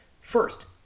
First